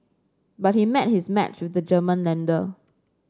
but he met his match with the German lender